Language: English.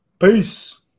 Peace